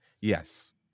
Yes